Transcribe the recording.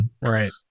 Right